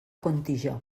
contijoch